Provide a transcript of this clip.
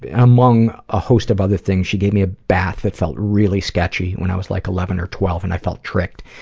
among a host of other things, she gave me a bath that felt really sketchy when i was like eleven or twelve and i felt tricked.